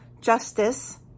justice